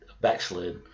backslid